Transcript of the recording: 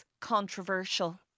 controversial